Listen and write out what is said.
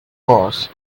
course